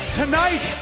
tonight